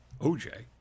OJ